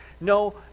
No